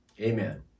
Amen